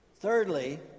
Thirdly